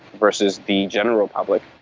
versus the general public.